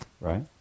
right